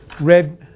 red